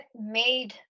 made